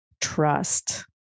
trust